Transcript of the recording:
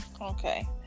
Okay